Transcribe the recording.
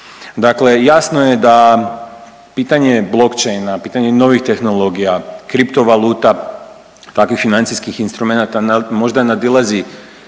Dakle, jasno je da pitanje blockchaina, pitanje novih tehnologija, kriptovaluta, takvih financijskih instrumenata možda nadilazi